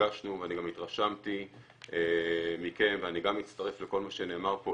נפגשנו ואני גם התרשמתי מכם ואני גם מצטרף לכל מה שנאמר פה,